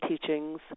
teachings